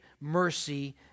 mercy